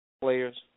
Players